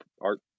art